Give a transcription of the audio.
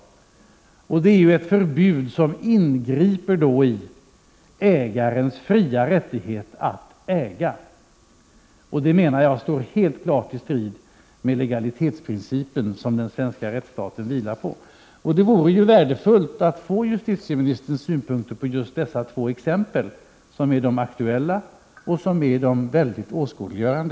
Det är ett förbud som ingriper i ägarens fria rättighet att äga. Jag menar att detta helt klart står i strid mot legalitetsprincipen, som den svenska rättsstaten vilar på. Det vore värdefullt att få justitieministerns synpunkter på just dessa två exempel, som är aktuella och mycket åskådliggörande.